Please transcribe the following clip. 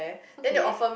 okay